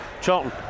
Charlton